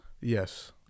Yes